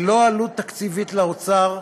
ללא עלות תקציבית לאוצר,